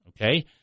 okay